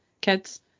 kids